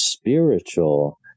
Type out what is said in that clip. spiritual